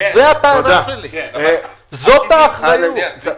זאת האחריות.